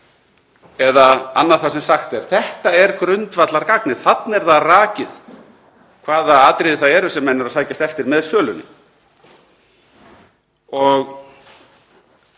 eða annað sem sagt er. Þetta er grundvallargagnið. Þarna er rakið hvaða atriði það eru sem menn eru að sækjast eftir með sölunni.